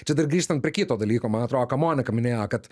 čia dar grįžtant prie kito dalyko man atrodo ką monika minėjo kad